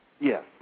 Yes